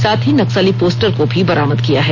साथ ही नक्सली पोस्टर को भी बरामद किया है